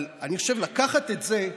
אבל אני חושב לקחת את זה,